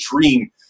dream